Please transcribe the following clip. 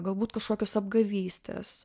galbūt kažkokios apgavystės